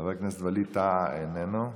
חבר הכנסת ווליד טאהא, איננו.